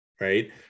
right